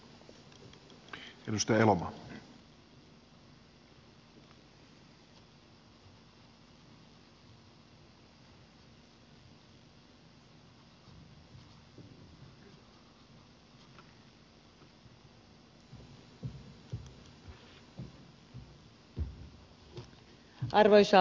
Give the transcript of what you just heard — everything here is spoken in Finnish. arvoisa puhemies